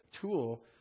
tool